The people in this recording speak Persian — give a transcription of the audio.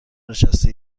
نشستی